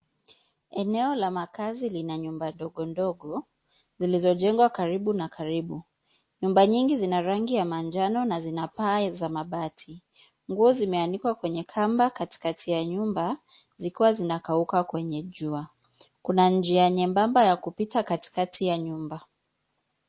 Eneo la makazi lina nyumba ndogo ndogo, zilizo jengwa karibu na karibu. Nyumba nyingi zina rangi ya manjano na zina paa za mabati. Nguo zimeanikwa kwenye kamba, katikati ya nyumba, zikiwa zina kauka kwenye jua. Kuna njia nyembamba ya kupita katikati ya nyumba.